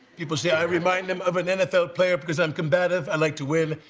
people say i remind them of an nfl player because i'm combative. i like to win.